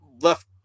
left